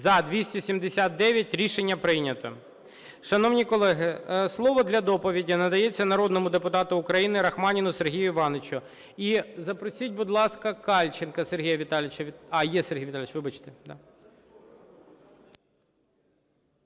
За-279 Рішення прийнято. Шановні колеги, слово для доповіді надається народному депутату України Рахманіну Сергію Івановичу. І запросіть, будь ласка, Кальченка Сергія Віталійовича. А, є Сергій Віталійович. Вибачте.